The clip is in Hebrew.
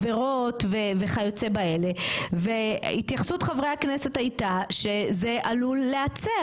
עבירות וכיוצא באלה והתייחסות חברי הכנסת הייתה שזה עלול להצר